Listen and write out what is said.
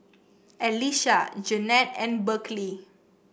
Elisha Jeannette and Berkley